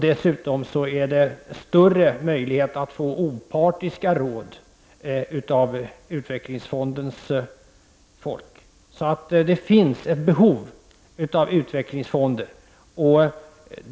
Dessutom finns större möjligheter att få opartiska råd av utvecklingsfondens folk. Så det finns ett behov av utvecklingsfonder.